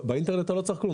באינטרנט אתה לא צריך כלום.